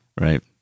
Right